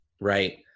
Right